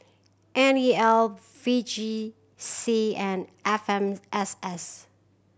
N E L V J C and F M S S